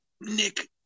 Nick